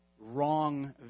wrong